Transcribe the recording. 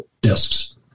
disks